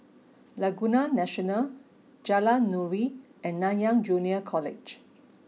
Laguna National Jalan Nuri and Nanyang Junior College